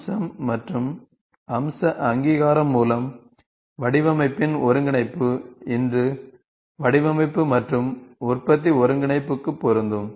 அம்சம் மற்றும் அம்ச அங்கீகாரம் மூலம் வடிவமைப்பின் ஒருங்கிணைப்பு இன்று வடிவமைப்பு மற்றும் உற்பத்தி ஒருங்கிணைப்புக்கு பொருந்தும்